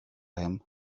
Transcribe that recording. him